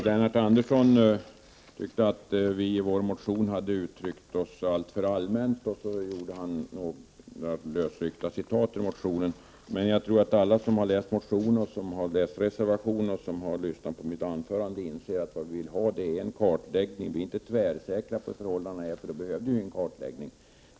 Herr talman! Jag skall fatta mig kort. Lennart Andersson tyckte att vi i vår motion har uttryckt oss alltför allmänt och gjorde några lösryckta citat ur motionen. Jag tror att alla som har läst motion och reservation och lyssnat på mitt anförande inser att vad vi vill ha är en kartläggning. Vi är inte tvärsäkra på förhållandena, för då behövde vi ingen kartläggning.